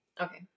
Okay